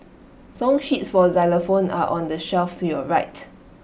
song sheets for xylophone are on the shelf to your right